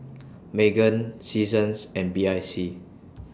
Megan Seasons and B I C